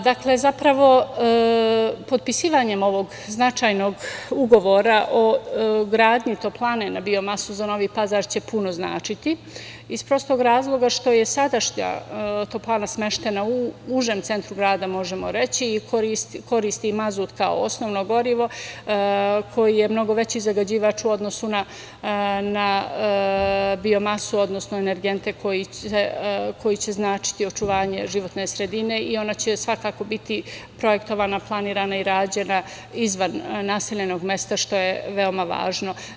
Dakle, potpisivanjem ovog značajnog Ugovora o gradnji toplane na biomasu za Novi Pazar će puno značiti, iz prostog razloga što je sadašnja toplana smeštena u užem centru grada, možemo reći, i koristi mazut kao osnovno govorimo koji je mnogo veći zagađivač u odnosu na biomasu, odnosno energente koji će značiti očuvanje životne sredine i ona će svakako biti projektovana, planirana i rađena izvan naseljenog mesta što je veoma važno.